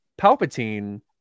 Palpatine